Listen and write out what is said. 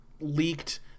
leaked